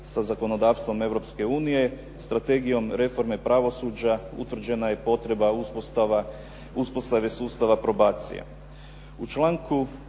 sa zakonodavstvom Europske unije, strategijom reforme pravosuđa utvrđena je potreba uspostave sustava probacija.